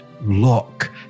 look